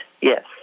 yes